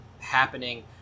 happening